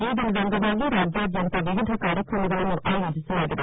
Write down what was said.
ಈ ದಿನದ ಅಂಗವಾಗಿ ರಾಜ್ಯಾದಾದ್ಯತ ವಿವಿಧ ಕಾರ್ಯಕ್ರಮಗಳನ್ನು ಆಯೋಜಿಸಲಾಗಿದೆ